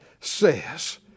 says